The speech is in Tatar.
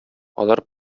алар